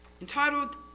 Entitled